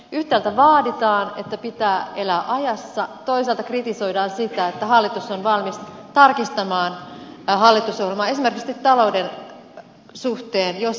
yhtäältä vaaditaan että pitää elää ajassa toisaalta kritisoidaan sitä että hallitus on valmis tarkistamaan hallitusohjelmaa esimerkiksi talouden suhteen jos ajat muuttuvat